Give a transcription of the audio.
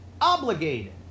obligated